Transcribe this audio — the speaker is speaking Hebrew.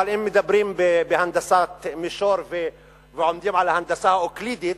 אבל אם מדברים בהנדסת מישור ועומדים על הנדסה אוקלידית,